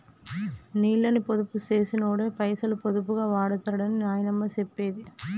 నీళ్ళని పొదుపు చేసినోడే పైసలు పొదుపుగా వాడుతడని నాయనమ్మ చెప్పేది